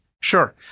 Sure